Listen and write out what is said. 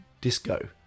disco